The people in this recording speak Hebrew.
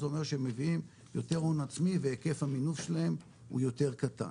זה אומר שהם מביאים יותר הון עצמי והיקף המינוף שלהם הוא יותר קטן.